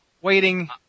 waiting